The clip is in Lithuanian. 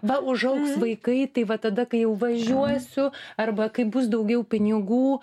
va užaugs vaikai tai va tada kai jau važiuosiu arba kai bus daugiau pinigų